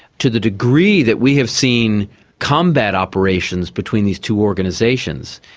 to the degree that we have seen combat operations between these two organisations.